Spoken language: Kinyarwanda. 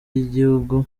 y’igihugu